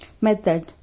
Method